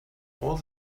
all